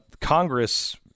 Congress